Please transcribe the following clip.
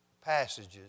passages